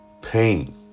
pain